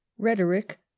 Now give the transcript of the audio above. Rhetoric